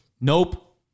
Nope